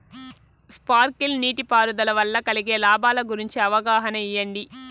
Sprinkle నీటిపారుదల వల్ల కలిగే లాభాల గురించి అవగాహన ఇయ్యడం?